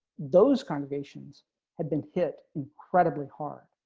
those congregations had been hit incredibly hard.